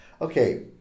Okay